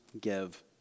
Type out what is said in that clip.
give